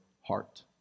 heart